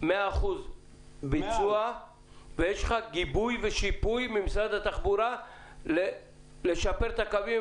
ב-100 אחוזי ביצוע ויש לך גיבוי ושיפוי ממשרד התחבורה לשפר את הקווים,